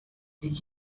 did